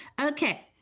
Okay